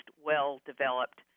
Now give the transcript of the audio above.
well-developed